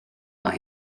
mae